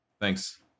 thanks